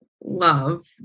love